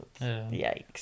Yikes